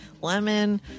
lemon